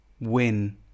win